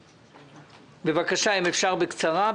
בבקשה, אם אפשר בקצרה.